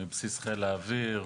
מבסיס חיל האוויר,